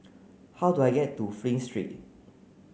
how do I get to Flint Street